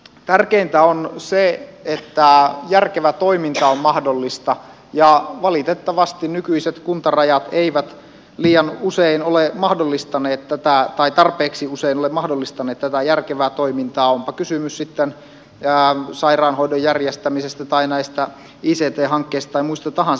tärkeintä on se että järkevä toiminta on mahdollista ja valitettavasti nykyiset kuntarajat eivät liian usein ole mahdollistaneet tätä voi tarpeeksi usein ole mahdollistaneet tätä järkevää toimintaa onpa kysymys sitten sairaanhoidon järjestämisestä tai näistä ict hankkeista tai mistä tahansa